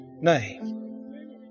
name